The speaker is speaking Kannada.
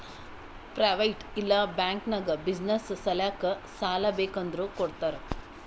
ಪ್ರೈವೇಟ್ ಇಲ್ಲಾ ಬ್ಯಾಂಕ್ ನಾಗ್ ಬಿಸಿನ್ನೆಸ್ ಸಲ್ಯಾಕ್ ಸಾಲಾ ಬೇಕ್ ಅಂದುರ್ ಕೊಡ್ತಾರ್